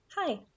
Hi